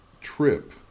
trip